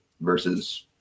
versus